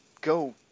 go